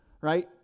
right